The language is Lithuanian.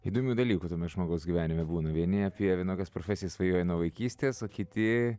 įdomių dalykų tame žmogaus gyvenime būna vieni apie vienokias profesijas svajoja nuo vaikystės o kiti